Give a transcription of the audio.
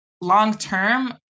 long-term